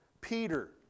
Peter